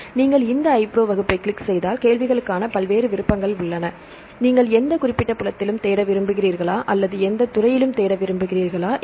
எனவே நீங்கள் இந்த iPro வகுப்பைக் கிளிக் செய்தால் கேள்விகளுக்கான பல்வேறு விருப்பங்கள் உள்ளன நீங்கள் எந்த குறிப்பிட்ட புலத்திலும் தேட விரும்புகிறீர்களா அல்லது எந்தத் துறையிலும் தேட விரும்புகிறீர்களா